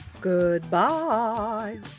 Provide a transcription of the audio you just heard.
Goodbye